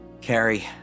Carrie